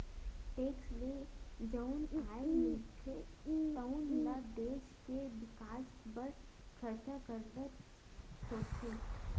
tax ले जउन आय मिलथे तउन ल देस के बिकास बर खरचा करना होथे